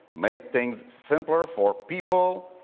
make things simpler for people,